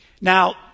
Now